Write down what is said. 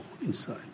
inside